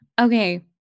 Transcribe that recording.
Okay